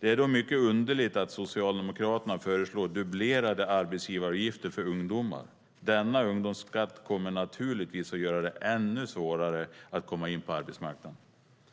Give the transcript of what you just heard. Det är då mycket underligt att Socialdemokraterna föreslår dubblerade arbetsgivaravgifter för ungdomar. Denna ungdomsskatt kommer naturligtvis att göra det ännu svårare att komma in på arbetsmarknaden.